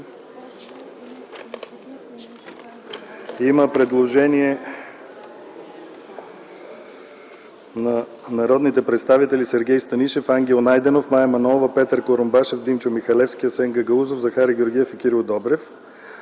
– предложение на народните представители Сергей Станишев, Ангел Найденов, Мая Манолова, Петър Курумбашев, Димчо Михалевски, Асен Гагаузов, Захари Георгиев и Кирил Добрев.